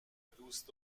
دوست